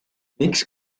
miks